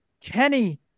Kenny